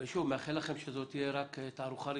ושוב מאחל לכם שזו תהיה רק תערוכה ראשונה,